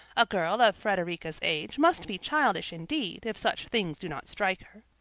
a girl of frederica's age must be childish indeed, if such things do not strike her.